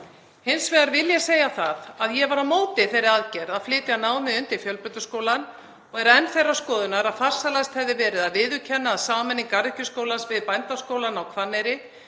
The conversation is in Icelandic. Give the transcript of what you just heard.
Hins vegar vil ég segja það að ég var á móti þeirri aðgerð að flytja námið undir Fjölbrautaskólann og er enn þeirrar skoðunar að farsælast hefði verið að viðurkenna að sameining Garðyrkjuskólans við Bændaskólann á Hvanneyri